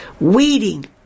weeding